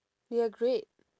you are great